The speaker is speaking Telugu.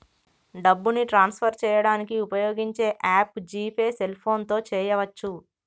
డబ్బుని ట్రాన్స్ఫర్ చేయడానికి ఉపయోగించే యాప్ జీ పే సెల్ఫోన్తో చేయవచ్చు